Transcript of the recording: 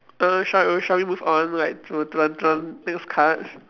err shall we shall we move on like to to the to the next card